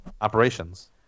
operations